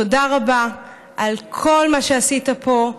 תודה רבה על כל מה שעשית פה,